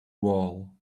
wall